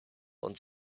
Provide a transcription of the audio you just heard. und